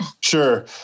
Sure